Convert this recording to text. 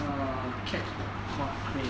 err CAT called crane